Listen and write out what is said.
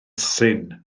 syn